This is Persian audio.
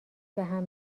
بهم